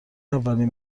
اولین